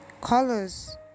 Colors